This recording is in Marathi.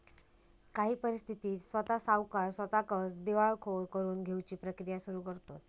काही परिस्थितीत स्वता सावकार स्वताकच दिवाळखोर करून घेउची प्रक्रिया सुरू करतंत